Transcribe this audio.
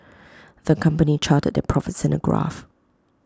the company charted their profits in A graph